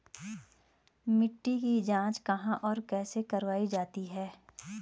मिट्टी की जाँच कहाँ और कैसे करवायी जाती है?